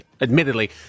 admittedly